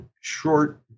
short